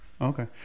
Okay